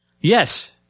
Yes